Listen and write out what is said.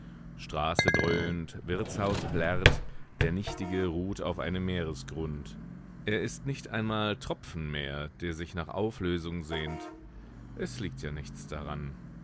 straße dröhnt wirtshaus plärrt der nichtige ruht auf einem meeresgrund er ist nicht einmal tropfen mehr der sich nach auflösung sehnt es liegt ja nichts daran